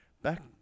Back